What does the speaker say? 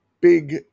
big